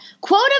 Quote